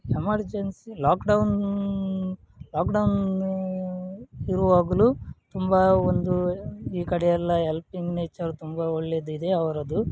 emergency lockdown lockdown ಇರುವಾಗಲೂ ತುಂಬ ಒಂದು ಈ ಕಡೆಯೆಲ್ಲ ಹೆಲ್ಪಿಂಗ್ ನೇಚರ್ ತುಂಬ ಒಳ್ಳೆಯದಿದೆ ಅವರದ್ದು